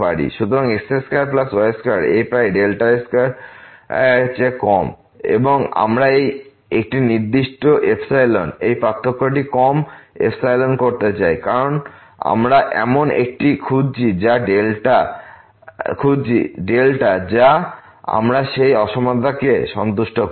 সুতরাং x2y2 এই পাড়ায় 2এর চেয়ে কম এবং আমরা একটি নির্দিষ্ট এই পার্থক্যটি কম করতে চাই এবং আমরা এমন একটি খুঁজছি যা আমরা সেই অসমতাকে সন্তুষ্ট করি